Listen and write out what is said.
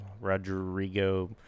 Rodrigo